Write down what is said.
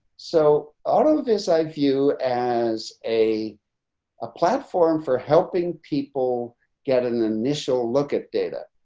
so out of this i view as a ah platform for helping people get an initial look at data.